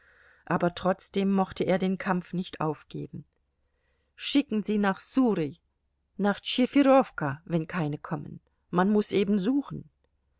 aber trotzdem mochte er den kampf nicht aufgeben schicken sie nach surü nach tschefirowka wenn keine kommen man muß eben suchen